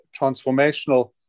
transformational